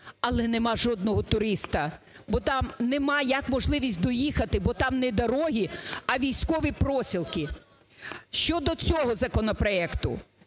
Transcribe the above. але немає жодного туристу, бо там немає як можливість доїхати, бо там не дороги, а військові проселки. Щодо цього законопроекту.